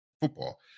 football